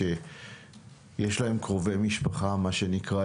אני קצת בלחץ היום אחרי לילה לבן במליאה ובכל זאת,